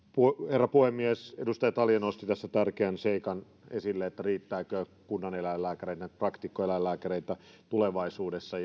herra puhemies edustaja talja nosti tässä tärkeän seikan esille riittääkö kunnaneläinlääkäreiksi praktikkoeläinlääkäreitä tulevaisuudessa